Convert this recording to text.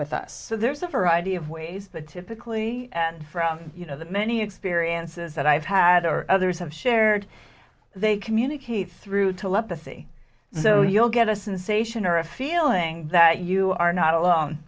with us so there's a variety of ways but typically from you know that many experiences that i've had or others have shared they communicate through telepathy so you'll get a sensation or a feeling that you are not alone